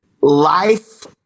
Life